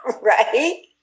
right